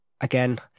again